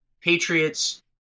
patriots